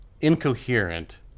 incoherent